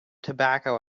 tobacco